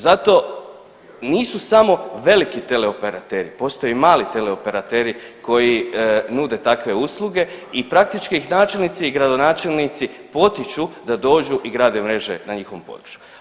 Zato nisu samo veliki teleoperateri, postoje i mali teleoperateri koji nude takve usluge i praktički ih načelnici i gradonačelnici potiču da dođu i grade mreže na njihovom području.